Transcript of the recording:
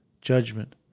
judgment